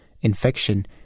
infection